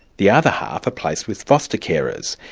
the other half are placed with foster carers.